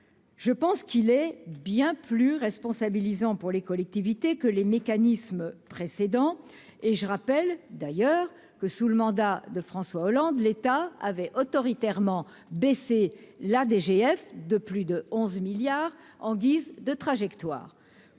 Il est, à mon sens, bien plus responsabilisant pour les collectivités que les mécanismes précédents. Je rappelle, à ce titre, que sous le mandat de François Hollande l'État avait autoritairement baissé la DGF de plus de 11 milliards d'euros en guise de trajectoire.